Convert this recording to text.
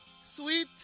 Sweet